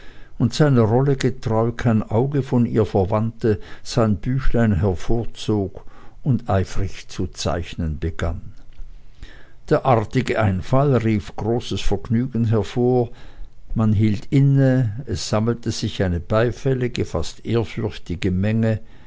und seiner rolle getreu kein auge von ihr verwandte sein büchlein hervorzog und eifrig zu zeichnen begann der artige einfall rief großes vergnügen hervor man hielt inne und es sammelte sich eine beifällige fast ehrfürchtige menge